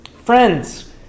Friends